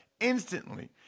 instantly